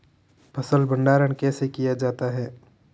फ़सल भंडारण कैसे किया जाता है?